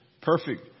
perfect